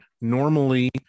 Normally